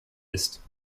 ist